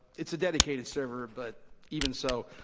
it's a dedicated server, but even so,